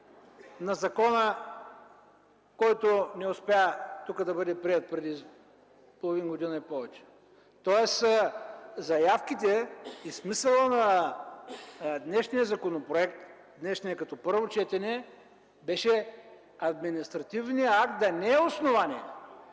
на закона, който не беше приет преди половин година и повече. Тоест заявките и смисълът на днешния законопроект като първо четене беше административният акт да не е основание.